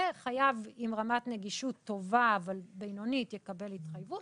חייב עם רמת נגישות טובה, בינונית, יקבל התחייבות.